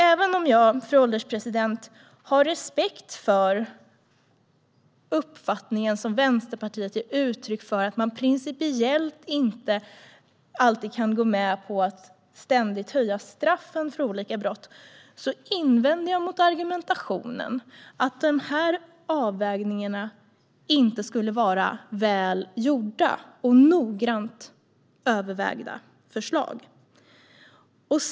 Även om jag har respekt för den uppfattning som Vänsterpartiet ger uttryck för, att man principiellt inte alltid kan gå med på att ständigt höja straffen för olika brott, invänder jag mot argumentationen att dessa avvägningar inte skulle vara väl gjorda och att dessa förslag inte skulle vara noga övervägda.